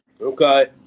Okay